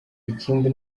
ikindi